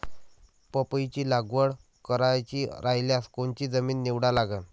पपईची लागवड करायची रायल्यास कोनची जमीन निवडा लागन?